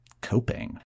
coping